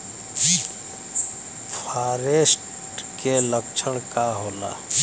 फारेस्ट के लक्षण का होला?